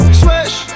swish